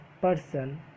person